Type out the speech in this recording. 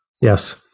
yes